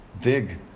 dig